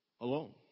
alone